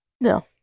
no